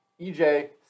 EJ